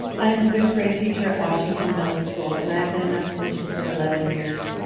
i am a sixth grade teacher at washington middle school and i have been in that position for eleven years.